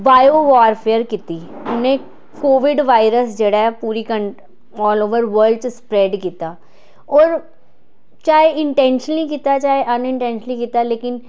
bio warfare कीती उ'नें COVID virus जेह्ड़ा ऐ पूरी ऑल ओवर वर्ल्ड च स्प्रेड कीता होर चाहे इन्टेन्शनली कीती चाहे अनइन्टेन्शनली कीता लेकिन